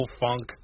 funk